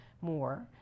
more